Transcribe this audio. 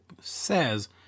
says